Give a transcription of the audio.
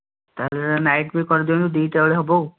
ତା'ହେଲେ ନାଇଟ୍ ବି କରି ଦିଅନ୍ତୁ ଦୁଇଟା ବେଳେ ହେବ ଆଉ